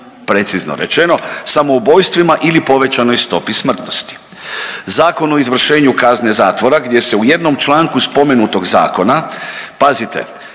precizno rečeno, samoubojstvima ili povećanoj stopi smrtnosti. Zakon o izvršenju kazne zatvora gdje se u jednom članku spomenutog zakona, pazite